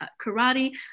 karate